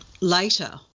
later